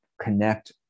connect